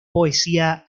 poesía